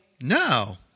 No